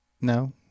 no